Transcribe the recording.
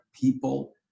people